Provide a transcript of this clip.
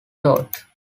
taught